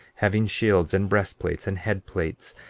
having shields, and breastplates, and head-plates,